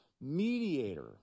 mediator